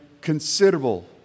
considerable